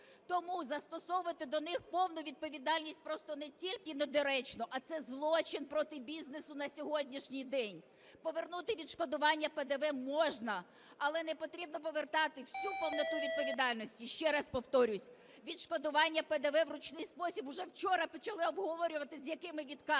Тому застосовувати до них повну відповідальність просто не тільки недоречно, а це злочин проти бізнесу на сьогоднішній день. Повернути відшкодування ПДВ можна, але не потрібно повертати всю повноту відповідальності. Ще раз повторюсь: відшкодування ПДВ у ручний спосіб уже почали обговорювати, з якими відкатами.